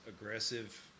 aggressive